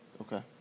Okay